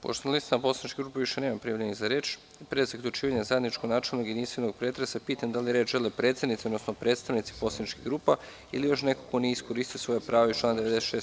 Pošto na listama poslaničkih grupa više nema prijavljenih za reč, pre zaključivanja zajedničkog načelnog i jedinstvenog pretresa, pitam da li žele reč predsednici odnosno predstavnici poslaničkih grupa ili još neko ko nije iskoristio svoje pravo iz člana 96.